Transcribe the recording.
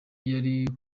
yari